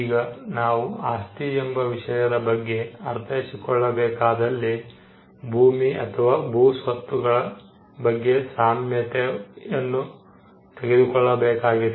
ಈಗ ನಾವು ಆಸ್ತಿ ಎಂಬ ವಿಷಯದ ಬಗ್ಗೆ ಅರ್ಥೈಸಿಕೊಳ್ಳಬೇಕಾದದಲ್ಲಿ ಭೂಮಿ ಅಥವಾ ಭೂ ಸ್ವತ್ತುಗಳ ಬಗ್ಗೆ ಸಾಮ್ಯತೆಯನ್ನು ತೆಗೆದುಕೊಳ್ಳಬೇಕಾಗಿದೆ